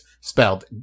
Spelled